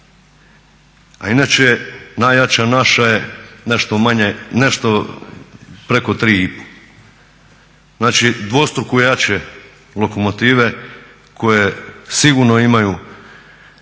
A inače najjača naša je nešto preko 3,5. Znači dvostruko jače lokomotive koje sigurno imaju,